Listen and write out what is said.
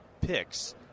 picks